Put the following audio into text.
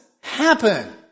happen